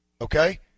Okay